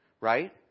Right